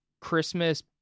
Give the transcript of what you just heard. christmas